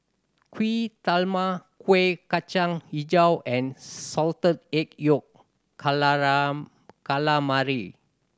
Kuih Talam Kueh Kacang Hijau and salted egg yolk calamari